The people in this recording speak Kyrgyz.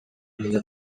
менде